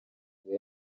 ngo